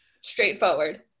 straightforward